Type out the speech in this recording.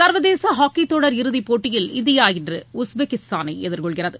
சர்வதேச ஹாக்கித்தொடர் இறுதிப்போட்டியில் இந்தியா இன்று உஸ்பெகிஸ்தானை எதிர்கொள்கிறது